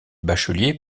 bachelier